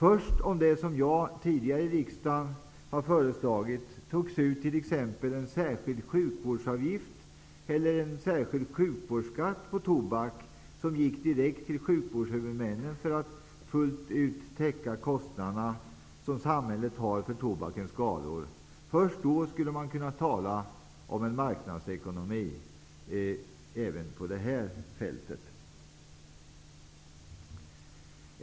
Först om det, som jag här i riksdagen tidigare har föreslagit, togs ut en särskild sjukvårdsavgift eller en särskild sjukvårdsskatt på tobak, som gick direkt till sjukvårdshuvudmännen för att fullt ut täcka de kostnader som samhället får bära för tobakens skador, skulle man kunna tala om marknadsekonomi även på det här området.